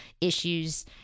issues